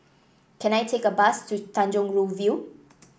can I take a bus to Tanjong Rhu View